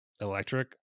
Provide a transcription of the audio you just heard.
electric